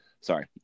sorry